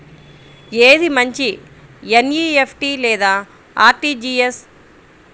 ఏది మంచి ఎన్.ఈ.ఎఫ్.టీ లేదా అర్.టీ.జీ.ఎస్?